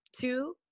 two